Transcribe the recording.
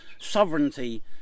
sovereignty